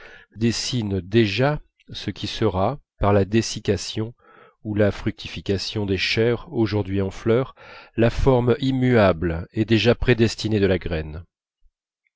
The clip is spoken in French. dessinent déjà ce qui sera par la dessiccation ou la fructification des chairs aujourd'hui en fleur la forme immuable et déjà prédestinée de la graine